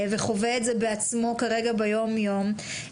וחווה את זה בעצמו כרגע ביום יום,